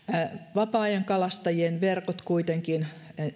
vapaa ajankalastajien verkot kuitenkin